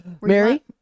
Mary